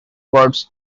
birds